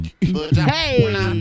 Hey